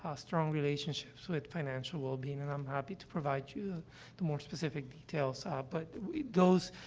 ah strong relationships with financial wellbeing. and i'm happy to provide you the more specific details, ah, but those,